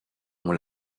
ont